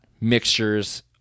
mixtures